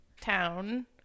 town